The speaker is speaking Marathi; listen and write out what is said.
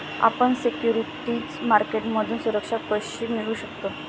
आपण सिक्युरिटीज मार्केटमधून सुरक्षा कशी मिळवू शकता?